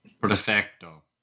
Perfecto